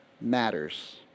matters